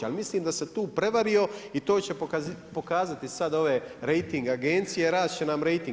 Ali mislim da se tu prevario i to će pokazati sad ove rejting agencije, rast će nam rejting.